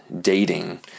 dating